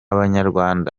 banyarwanda